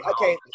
okay